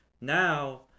now